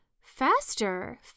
Faster